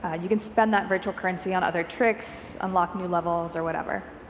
ah you can spend that virtual currency on other tricks, unlock new levels or whatever.